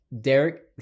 Derek